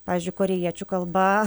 pavyzdžiui korėjiečių kalba